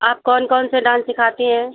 आप कौन कौन से डान्स सिखाती हैं